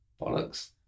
Bollocks